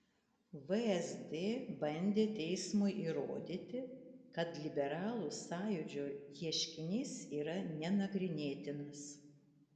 vsd bandė teismui įrodyti kad liberalų sąjūdžio ieškinys yra nenagrinėtinas